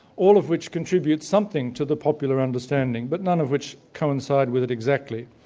all of which contributes something to the popular understanding, but none of which coincide with it exactly.